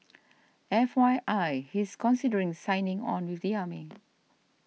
F Y I he's considering signing on with the army